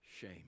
shame